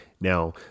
Now